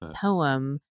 poem